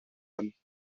âmes